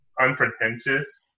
unpretentious